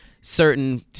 certain